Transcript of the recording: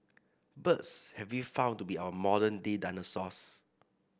birds have been found to be our modern day dinosaurs